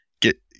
get